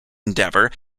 endeavor